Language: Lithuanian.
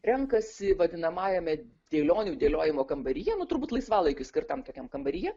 renkasi vadinamajame dėlionių dėliojimo kambaryje nu turbūt laisvalaikiui skirtam tokiam kambaryje